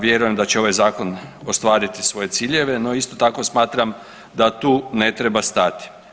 Vjerujem da će ovaj zakon ostvariti svoje ciljeve, no isto tako smatram da tu ne treba stati.